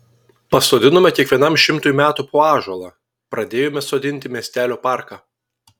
pasodinome kiekvienam šimtui metų po ąžuolą pradėjome sodinti miestelio parką